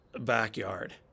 backyard